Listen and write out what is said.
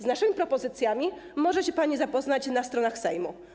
Z naszymi propozycjami możecie panie zapoznać się na stronach Sejmu.